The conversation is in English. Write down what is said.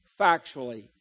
factually